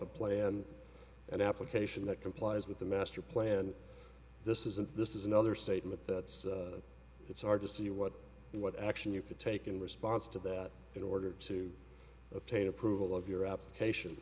a plan an application that complies with the master plan this is an this is another statement that's it's hard to see what what action you could take in response to that in order to obtain approval of your application